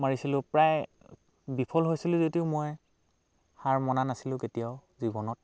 মাৰিছিলোঁ প্ৰায় বিফল হৈছিলোঁ যদিও মই হাৰ মনা নাছিলোঁ কেতিয়াও জীৱনত